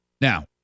now